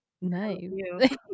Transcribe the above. nice